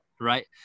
right